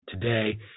today